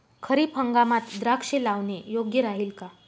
खरीप हंगामात द्राक्षे लावणे योग्य राहिल का?